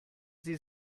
sie